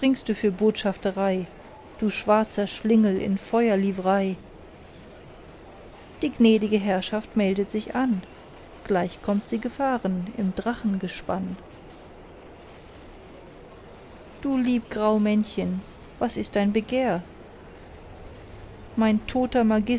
für botschafterei du schwarzer schlingel in feuerlivrei die gnädige herrschaft meldet sich an gleich kommt sie gefahren im drachengespann du lieb grau männchen was ist dein begehr mein toter